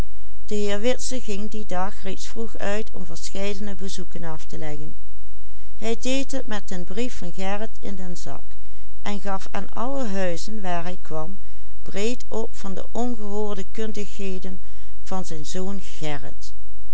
brief van gerrit in den zak en gaf aan alle huizen daar hij kwam breed op van de ongehoorde kundigheden van zijn zoon gerrit